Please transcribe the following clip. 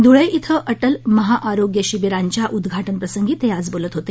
धुळे ॐ अटल महाआरोग्य शिबीरांच्या उद्घाटन प्रसंगी ते आज बोलत होते